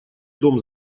дом